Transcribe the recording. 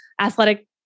athletic